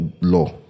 law